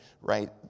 right